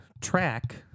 track